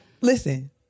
listen